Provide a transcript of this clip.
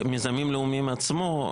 מיזמים ציבוריים ועוד,